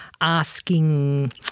asking